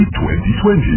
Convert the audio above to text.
2020